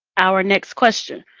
our next question.